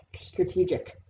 strategic